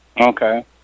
Okay